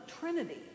trinity